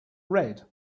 red